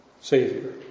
Savior